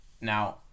Now